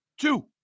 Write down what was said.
Two